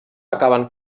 acaben